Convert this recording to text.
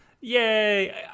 yay